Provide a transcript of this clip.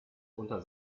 unter